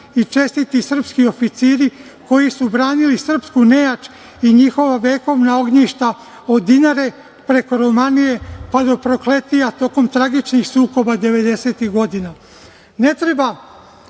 i čestiti srpski oficiri koji su branili srpsku nejač i njihova vekovna ognjišta od Dinare preko Romanije, pa do Prokletija tokom tragičnih sukoba devedesetih godina. Ne treba